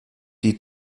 die